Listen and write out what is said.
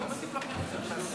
אתה מטיף לנו על שוויון?